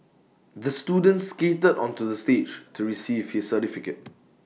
the student skated onto the stage to receive his certificate